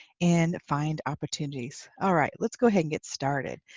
and find opportunities. alright let's go ahead and get started.